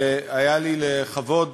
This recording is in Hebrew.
והיה לי לכבוד